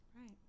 Right